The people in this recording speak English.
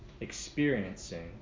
experiencing